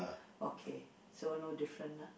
okay so no different ah